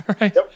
right